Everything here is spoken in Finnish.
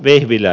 vihvilä